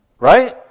Right